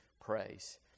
praise